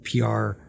PR